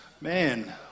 Man